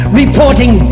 reporting